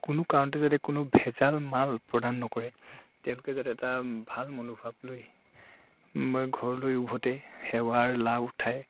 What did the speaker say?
কোনো কাৰণতে যাতে কোনো ভেজাল মাল প্ৰদান নকৰে তেওঁলোকে যাতে এটা ভাল মনোভাৱ লৈ মই ঘৰলৈ উভতে সেৱাৰ লাভ উঠায়